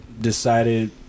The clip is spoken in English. decided